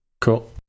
cool